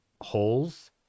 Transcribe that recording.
holes